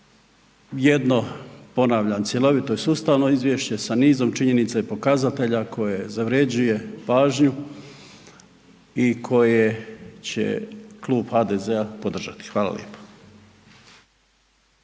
jedno ponavljam cjelovito i sustavno izvješće sa nizom činjenica i pokazatelja koje zavređuje pažnju i koje će Klub HDZ-a podržati. Hvala lijepo.